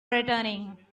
returning